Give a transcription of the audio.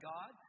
God